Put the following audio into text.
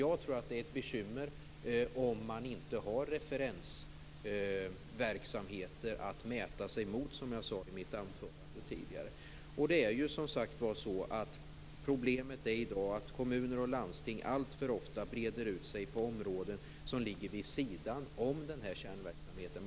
Jag tror dock att det är ett bekymmer om man inte har referensverksamheter att mäta sig mot, som jag sade i mitt anförande. Problemet är som sagt att kommuner och landsting i dag alltför ofta breder ut sig på områden som ligger vid sidan av kärnverksamheten.